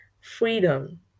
freedom